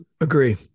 agree